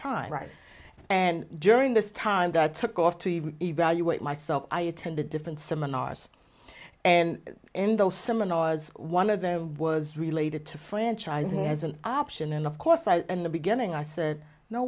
right and during this time that took off to evaluate myself i attended different seminars and in those seminars one of them was related to franchising as an option and of course i in the beginning i said no